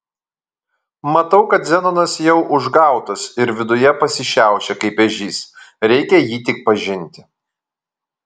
matau kad zenonas jau užgautas ir viduje pasišiaušė kaip ežys reikia jį tik pažinti